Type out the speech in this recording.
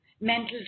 mental